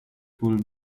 would